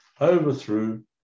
overthrew